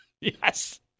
Yes